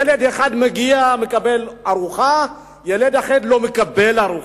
ילד אחד מגיע ומקבל ארוחה, ילד אחר לא מקבל ארוחה.